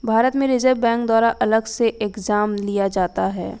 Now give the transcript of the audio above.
भारत में reserve bank द्वारा अलग से एग्जाम लिया जाता है